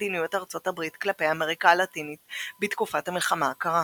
מדיניות ארצות הברית כלפי אמריקה הלטינית בתקופה המלחמה הקרה.